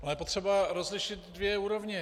Ale je potřeba rozlišit dvě úrovně.